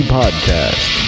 podcast